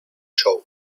show